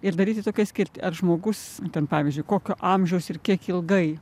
ir daryti tokią skirtį ar žmogus ten pavyzdžiui kokio amžiaus ir kiek ilgai